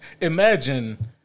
Imagine